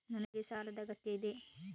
ನನಗೆ ಸಾಲದ ಅಗತ್ಯ ಇದೆ?